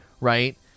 right